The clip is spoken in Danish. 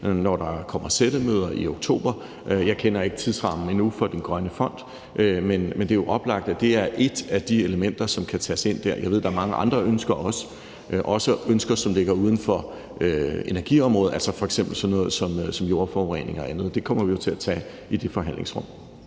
når der kommer sættemøder i oktober. Jeg kender ikke tidsrammen endnu for den grønne fond, men det er jo oplagt, at det er et af de elementer, som kan tages ind der. Jeg ved, der også er mange andre ønsker, også ønsker, som ligger uden for energiområdet, altså f.eks. sådan noget som jordforurening og andet. Det kommer vi jo til at tage i det forhandlingsrum.